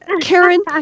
Karen